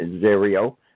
zero